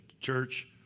church